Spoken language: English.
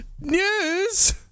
News